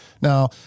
Now